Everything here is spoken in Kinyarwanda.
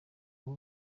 buba